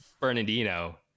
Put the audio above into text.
Bernardino